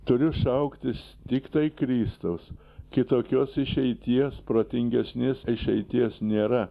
turiu šauktis tiktai kristaus kitokios išeities protingesnės išeities nėra